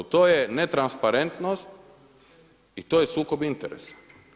To je netransparentnost i to je sukob interesa.